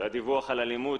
שהדיווח על אלימות,